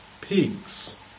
pigs